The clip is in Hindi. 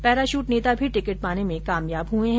पैराशूट नेता भी टिकिट पाने में कामयाब हुए है